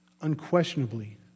unquestionably